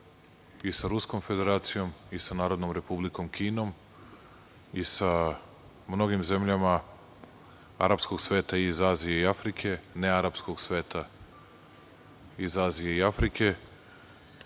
i sa Ruskom Federacijom i sa Narodnom Republikom Kinom i sa mnogim zemljama arapskog sveta, iz Azije i Afrike i nearapskog sveta iz Azije i Afrike,